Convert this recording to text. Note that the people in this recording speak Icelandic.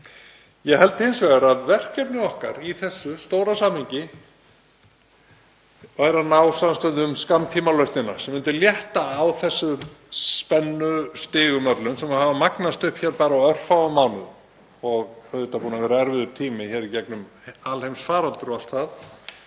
Ég held hins vegar að verkefni okkar í þessu stóra samhengi væri að ná samstöðu um skammtímalausnina sem myndi létta á þessum spennustigum öllum sem hafa magnast upp hér bara á örfáum mánuðum og auðvitað er búinn að vera erfiður tími í gegnum alheimsfaraldur og allt það.